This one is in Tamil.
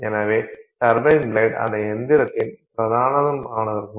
எனவே டர்பைன் பிளேடு அந்த இயந்திரத்தின் பிரதானமாகும்